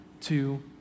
two